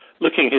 looking